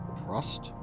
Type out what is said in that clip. trust